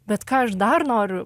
bet ką aš dar noriu